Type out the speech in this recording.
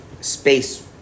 space